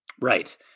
right